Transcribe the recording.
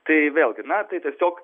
tai vėlgi na tai tiesiog